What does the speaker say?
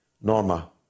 Norma